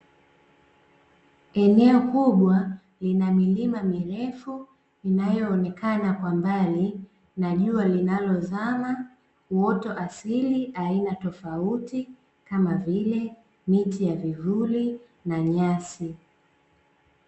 Eneo kubwa lina milima mirefu, inayoonekana kwa mbali na jua linalozama, uoto asili aina tofauti, kama vile; miti ya vivuli na nyasi